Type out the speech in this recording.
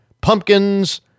pumpkins